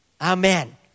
Amen